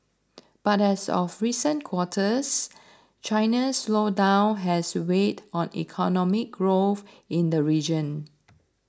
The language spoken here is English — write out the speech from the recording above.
but as of recent quarters China's slowdown has weighed on economic growth in the region